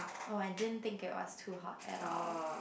oh I didn't think it was too hot at all